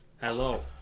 Hello